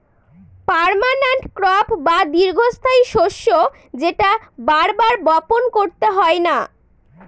permanent crop বা দীর্ঘস্থায়ী শস্য যেটা বার বার বপন করতে হয় না